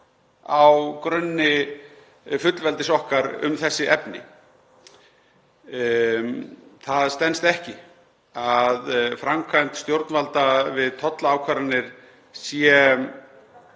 á grunni fullveldis okkar um þessi efni. Það stenst ekki að framkvæmd stjórnvalda við tollaákvarðanir sé